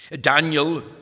Daniel